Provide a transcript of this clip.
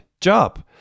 job